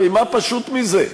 הרי מה פשוט מזה?